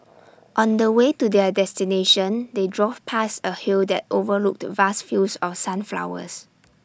on the way to their destination they drove past A hill that overlooked the vast fields of sunflowers